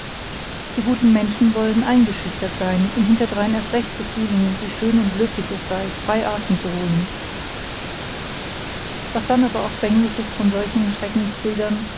die guten menschen wollen eingeschüchtert sein um hinterdrein erst recht zu fühlen wie schön und löblich es sei frei atem zu holen was denn aber auch bängliches von solchen